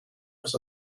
was